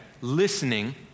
listening